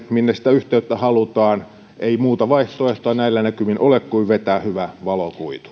minne sitä yhteyttä halutaan ei muuta vaihtoehtoa näillä näkymin ole kuin vetää hyvä valokuitu